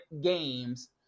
games